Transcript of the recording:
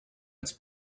its